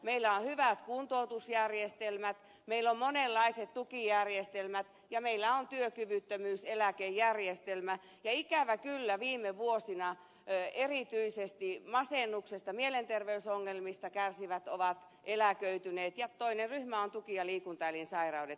meillä on hyvät kuntoutusjärjestelmät meillä on monenlaiset tukijärjestelmät ja meillä on työkyvyttömyyseläkejärjestelmä mutta ikävä kyllä viime vuosina erityisesti masennuksesta ja muista mielenterveysongelmista kärsivät ovat eläköityneet ja toinen ryhmä on tuki ja liikuntaelinsairauksista kärsivät